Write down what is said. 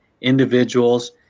individuals